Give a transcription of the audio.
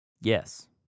Yes